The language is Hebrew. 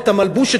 את המלבוש,